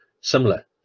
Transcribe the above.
similar